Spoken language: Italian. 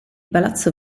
palazzo